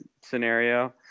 scenario